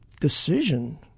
decision